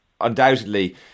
undoubtedly